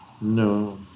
No